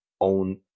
own